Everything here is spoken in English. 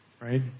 right